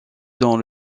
dans